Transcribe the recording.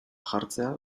jartzea